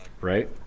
Right